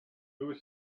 lewis